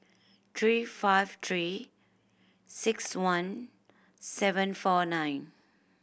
three five Three Six One seven four nine